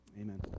Amen